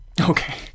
okay